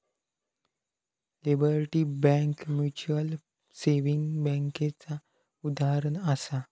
liberty Bank Mutual Saving बैंकेचा उदाहरणं आसा